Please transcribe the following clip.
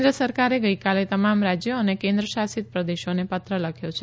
કેન્દ્ર સરકારે ગઈકાલે તમામ રાજ્યો અને કેન્દ્રશાસિત પ્રદેશોને પત્ર લખ્યો છે